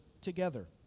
together